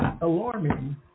alarming